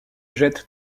jette